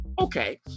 Okay